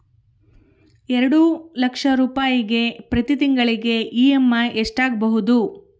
ಎರಡು ಲಕ್ಷ ರೂಪಾಯಿಗೆ ಪ್ರತಿ ತಿಂಗಳಿಗೆ ಇ.ಎಮ್.ಐ ಎಷ್ಟಾಗಬಹುದು?